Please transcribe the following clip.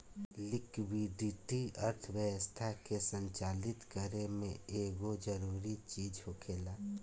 liquidity अर्थव्यवस्था के संचालित करे में एगो जरूरी चीज होखेला